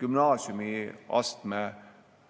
gümnaasiumiastme